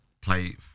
play